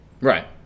right